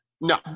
No